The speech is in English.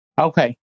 Okay